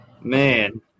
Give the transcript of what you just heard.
Man